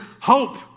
hope